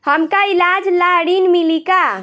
हमका ईलाज ला ऋण मिली का?